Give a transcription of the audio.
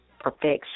perfection